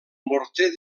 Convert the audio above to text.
morter